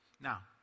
Now